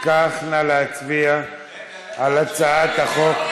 אם כך, נא להצביע על הצעת החוק,